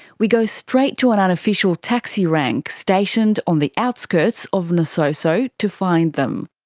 we go straight to an unofficial taxi rank stationed on the outskirts of nasoso to find them.